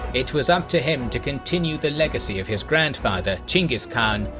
it was up to him to continue the legacy of his grandfather, chinggis khan,